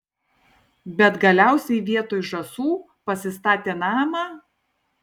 bet galiausiai vietoj žąsų pasistatė namą